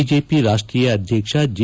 BJP ರಾಷ್ಟೀಯ ಅಧ್ಯಕ್ಷ J